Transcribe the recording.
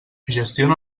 gestiona